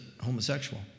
homosexual